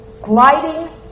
gliding